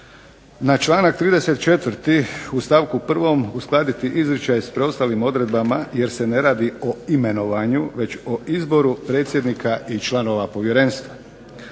Na članak 34. u stavku 1. uskladiti izričaj s preostalim odredbama, jer se ne radi o imenovanju, već o izboru predsjednika i članova povjerenstva.